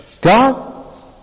God